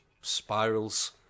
spirals